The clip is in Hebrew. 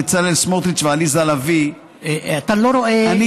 בצלאל סמוטריץ ועליזה לביא אתה לא רואה פגם,